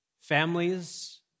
Families